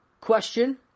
question